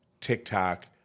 TikTok